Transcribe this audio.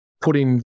putting